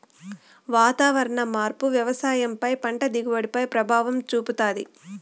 వాతావరణ మార్పు వ్యవసాయం పై పంట దిగుబడి పై ప్రభావం చూపుతాది